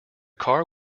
car